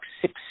six